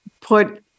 put